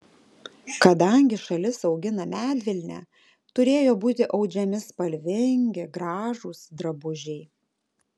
kadangi šalis augina medvilnę turėjo būti audžiami spalvingi gražūs drabužiai